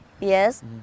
Yes